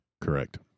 Correct